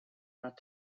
that